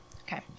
Okay